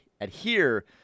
adhere